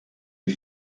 est